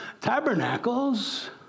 Tabernacles